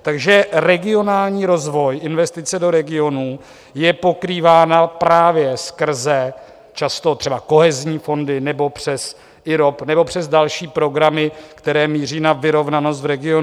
Takže regionální rozvoj, investice do regionů je pokrývána právě skrze často třeba kohezní fondy nebo přes IROP nebo přes další programy, které míří na vyrovnanost v regionu.